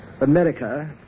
America